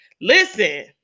listen